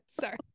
sorry